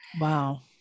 Wow